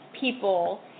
people